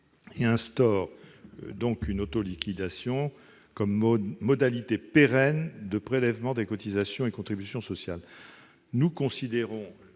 et instaure donc l'autoliquidation comme modalité pérenne de prélèvement des cotisations et contributions sociales. Nous considérons